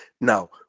Now